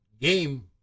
game